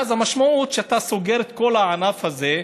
המשמעות היא שאתה סוגר את כל הענף הזה,